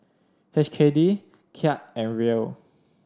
H K D Kyat and Riel